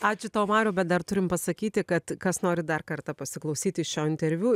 ačiū tau mariau bet dar turim pasakyti kad kas nori dar kartą pasiklausyti šio interviu